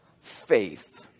faith